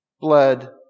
bled